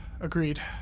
Agreed